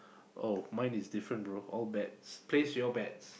oh mine is different bro all bets place your bets